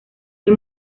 del